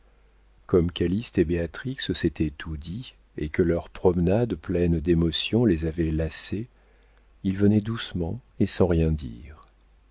comme calyste et béatrix s'étaient tout dit et que leur promenade pleine d'émotions les avait lassés ils venaient doucement et sans rien dire